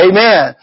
Amen